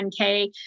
10k